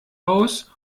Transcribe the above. aus